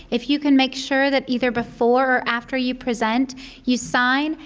if you can make sure that either before or after you present you sign.